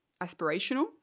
aspirational